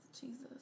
Jesus